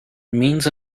means